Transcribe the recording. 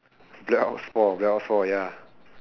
black ops four black ops four ya